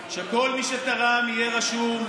בגלל זה אתה מביא חוק כזה, רק ביבי?